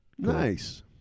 Nice